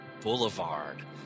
Boulevard